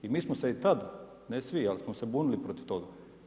I mi smo se i tad, ne svi, ali smo se bunili protiv toga.